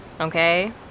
okay